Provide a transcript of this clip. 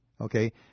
okay